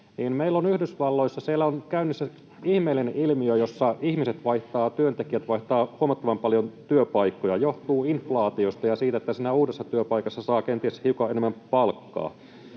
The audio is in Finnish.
Yhdysvalloissa on käynnissä ihmeellinen ilmiö, jossa työntekijät vaihtavat huomattavan paljon työpaikkoja, mikä johtuu inflaatiosta ja siitä, että siinä uudessa työpaikassa saa kenties hiukan enemmän palkkaa.